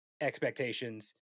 expectations